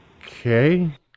Okay